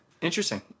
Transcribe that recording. Interesting